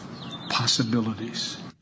possibilities